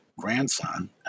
grandson